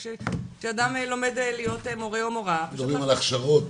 כשאדם לומד להיות מורה או מורה, זה כול כך פשוט.